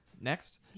next